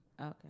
Okay